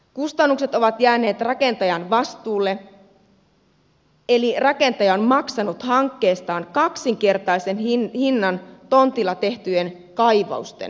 kustannukset ovat jääneet rakentajan vastuulle eli rakentaja on maksanut hankkeestaan kaksinkertaisen hinnan tontilla tehtyjen kaivausten vuoksi